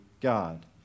God